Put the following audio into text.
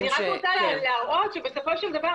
אני רק רוצה להראות שבסופו של דבר,